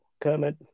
Kermit